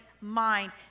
mind